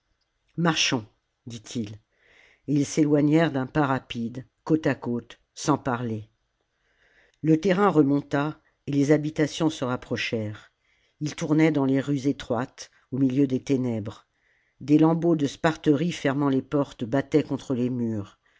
marchons dit-il et ils s'éloignèrent d'un pas rapide côte à côte sans parler le terrain remonta et les habitations se rapprochèrent ils tournaient dans les rues étroites au miheu des ténèbres des lambeaux de sparterie fermant les portes battaient contre les murs